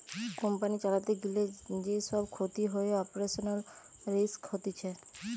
company চালাতে গিলে যে সব ক্ষতি হয়ে অপারেশনাল রিস্ক হতিছে